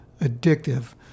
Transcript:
Addictive